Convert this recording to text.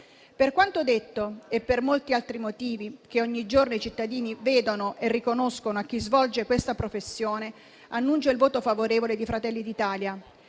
Per quanto detto e per molti altri motivi che ogni giorno i cittadini vedono e riconoscono a chi svolge questa professione, annuncio il voto favorevole del Gruppo Fratelli d'Italia.